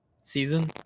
season